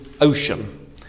ocean